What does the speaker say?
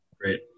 Great